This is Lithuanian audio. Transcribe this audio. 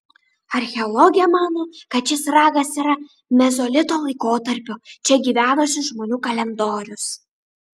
archeologė mano kad šis ragas yra mezolito laikotarpiu čia gyvenusių žmonių kalendorius